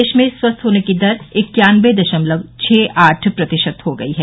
देश में स्वस्थ होने की दर इक्यानवें दशमलव छह आठ प्रतिशत हो गई है